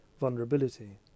vulnerability